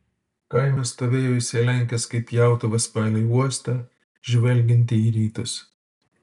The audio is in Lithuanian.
kaimas stovėjo išsilenkęs kaip pjautuvas palei uostą žvelgiantį į rytus